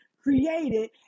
created